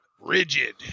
rigid